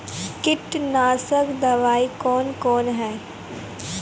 कीटनासक दवाई कौन कौन हैं?